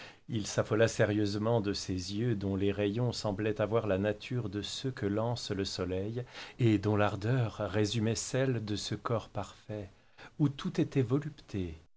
il s'affola sérieusement de ces yeux dont les rayons semblaient avoir la nature de ceux que lance le soleil et dont l'ardeur résumait celle de ce corps parfait où tout était volupté